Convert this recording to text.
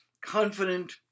confident